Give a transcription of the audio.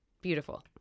beautiful